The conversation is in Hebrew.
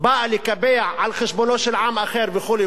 באה לקבע על חשבונו של עם אחר וכו',